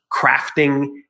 crafting